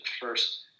first